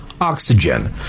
Oxygen